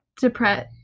depressed